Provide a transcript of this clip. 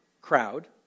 crowd